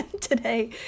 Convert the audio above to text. Today